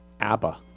ABBA